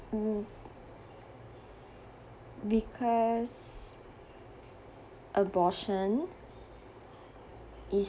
mm because abortion is